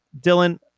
Dylan